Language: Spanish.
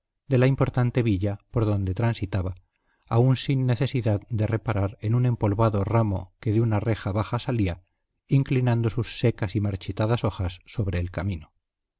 de la importante villa por donde transitaba aun sin necesidad de reparar en un empolvado ramo que de una reja baja salía inclinando sus secas y marchitadas hojas sobre el camino